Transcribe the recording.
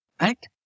Right